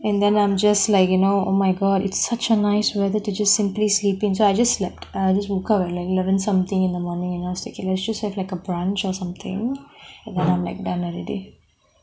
and then I'm just like you know oh my god it's such a nice weather to just simply sleep in so I just slept and I just woke up at like eleven something in the morning and I was like let's just get a brunch or something and I'm like done already